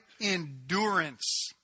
endurance